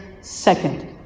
second